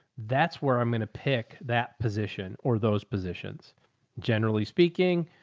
that's where i'm going to pick that position or those positions generally speaking,